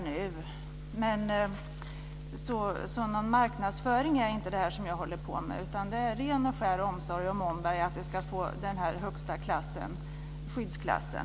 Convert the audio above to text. Jag håller inte på med sådan marknadsföring, utan det handlar om ren och skär omsorg om Omberg och om att det får högsta skyddsklassen.